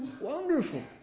wonderful